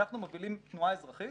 אנחנו מובילים תנועה אזרחית